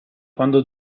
quando